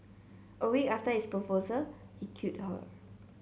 a week after his proposal he killed her